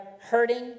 hurting